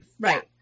Right